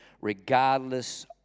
regardless